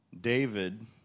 David